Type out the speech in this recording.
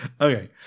Okay